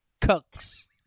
cooks